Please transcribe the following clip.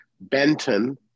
Benton